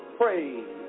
praise